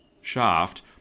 shaft